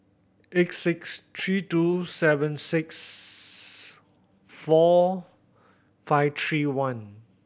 eight six three two seven six four five three one